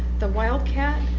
the wildcat,